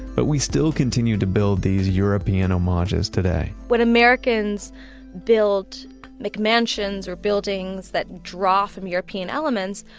but we still continue to build these european um homages today when americans build mcmansions or buildings that draw from european elements,